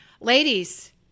ladies